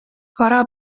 vara